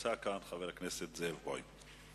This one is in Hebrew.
נמצא כאן חבר הכנסת זאב בוים.